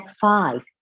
five